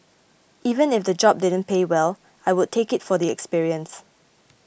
even if the job didn't pay well I would take it for the experience